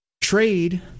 trade